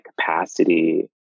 capacity